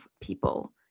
people